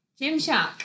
Gymshark